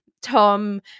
Tom